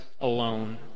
alone